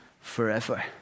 forever